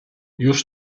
już